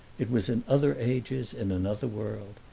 it was in other ages, in another world.